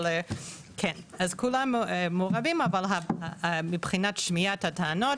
אז כולם מעורבים מבחינת שמיעת הטענות,